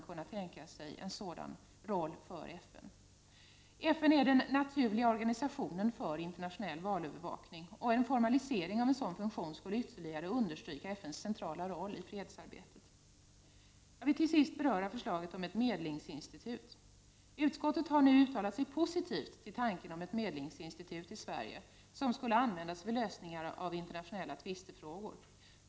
FN är den naturliga organisationen för internationell valövervakning, och en formalisering av en sådan funktion skulle ytterligare understryka FN:s centrala roll i fredsarbetet. Jag vill till sist beröra förslaget om ett medlingsinstitut. Utskottet har uttalat sig positivt till tanken om ett medlingsinstitut i Sverige att användas vid lösningar av internationella tvistefrågor.